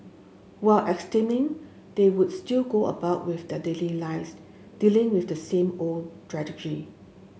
while abstaining they would still go about with their daily lives dealing with the same old